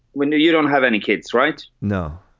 when you you don't have any kids, right? no.